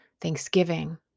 Thanksgiving